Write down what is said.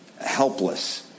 helpless